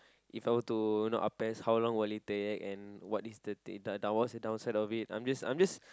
If I were to not opposed how long will it take and what is the thing of it I'm just I'm just